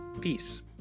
Peace